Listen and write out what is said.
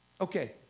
Okay